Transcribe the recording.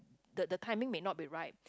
the the timing may not be right